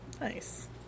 Nice